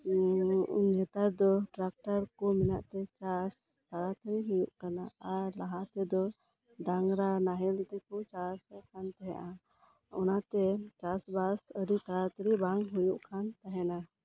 ᱱᱮᱛᱟᱨ ᱫᱚ ᱴᱨᱟᱠᱴᱟᱨ ᱠᱚ ᱢᱮᱱᱟᱜ ᱛᱮ ᱪᱟᱥ ᱛᱟᱲᱟᱛᱟᱹᱲᱤ ᱦᱩᱭᱩᱜ ᱠᱟᱱᱟ ᱟᱨ ᱞᱟᱦᱟ ᱛᱮᱫᱚ ᱰᱟᱝᱨᱟ ᱱᱟᱦᱮᱞ ᱛᱮᱠᱚ ᱪᱟᱥᱮᱫ ᱠᱟᱱ ᱛᱟᱦᱮᱸᱫ ᱚᱱᱟᱛᱮ ᱪᱟᱥᱵᱟᱥ ᱫᱚ ᱛᱟᱲᱟᱛᱟᱹᱲᱤ ᱵᱟᱝ ᱦᱩᱭᱩᱜ ᱠᱟᱱ ᱛᱟᱦᱮᱱᱟ